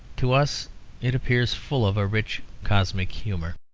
to us it appears full of a rich cosmic humour.